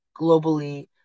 globally